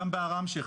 גם בעראמשה,